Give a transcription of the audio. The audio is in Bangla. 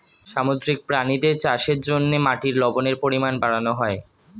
সামুদ্রিক প্রাণীদের চাষের জন্যে মাটির লবণের পরিমাণ বাড়ানো হয়